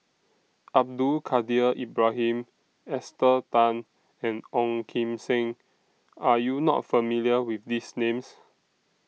Abdul Kadir Ibrahim Esther Tan and Ong Kim Seng Are YOU not familiar with These Names